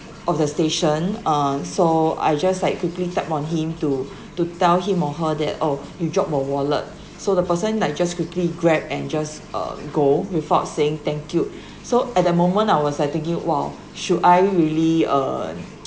of the station err so I just like quickly tap on him to to tell him or her that oh you dropped your wallet so the person like just quickly grab and just uh go without saying thank you so at that moment I was like thinking !wow! should I really um